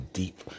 deep